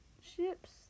ships